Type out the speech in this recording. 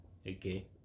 okay